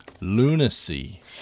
lunacy